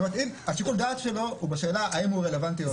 זאת אומרת שהשיקול דעת שלו הוא בשאלה האם הוא רלוונטי או לא.